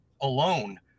Alone